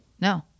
No